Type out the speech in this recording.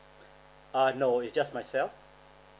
uh no it's just myself